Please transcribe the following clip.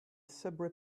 subway